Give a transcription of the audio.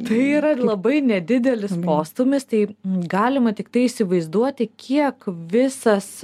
tai yra labai nedidelis postūmis tai galima tiktai įsivaizduoti kiek visas